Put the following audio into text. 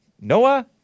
Noah